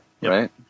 right